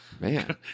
Man